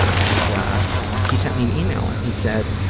and he sent me an e-mail and he said,